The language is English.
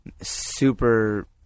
super